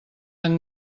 amb